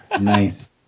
nice